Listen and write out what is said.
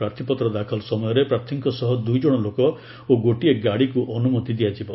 ପ୍ରାର୍ଥୀପତ୍ର ଦାଖଲ ସମୟରେ ପ୍ରାର୍ଥୀଙ୍କ ସହ ଦୁଇ ଜଣ ଲୋକ ଓ ଗୋଟିଏ ଗାଡ଼ିକୁ ଅନୁମତି ଦିଆଯିବ